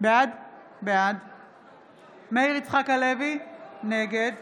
בעד מאיר יצחק הלוי, נגד